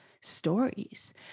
stories